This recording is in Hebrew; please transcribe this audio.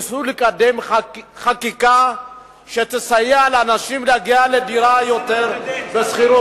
ניסו לקדם חקיקה שתסייע לאנשים להגיע לדירה בשכירות.